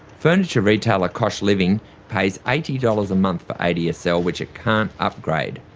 furniture retailer cosh living pays eighty dollars a month for adsl which it can't upgrade.